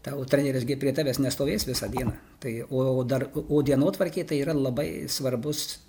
tavo treneris prie tavęs nestovės visą dieną tai o dar o dienotvarkė tai yra labai svarbus